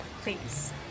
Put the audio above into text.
please